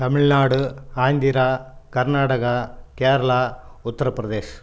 Tamil Nadu Andhra Karnataka Kerala Uttar Pradesh